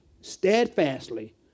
steadfastly